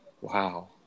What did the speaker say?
Wow